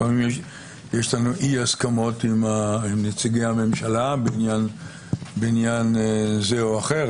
לפעמים יש לנו אי הסכמות עם נציגי הממשלה בעניין זה או אחר,